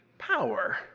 Power